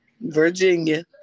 Virginia